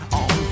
on